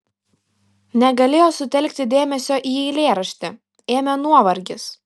negalėjo sutelkti dėmesio į eilėraštį ėmė nuovargis